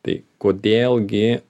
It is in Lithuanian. tai kodėl gi